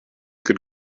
good